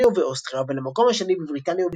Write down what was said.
ובאוסטריה ולמקום השני בבריטניה ובשווייץ.